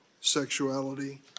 sexuality